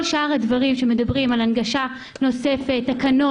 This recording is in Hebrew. כל שאר הדברים שמדברים עליהם כהנגשה נוספת: תקנות,